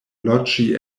loĝi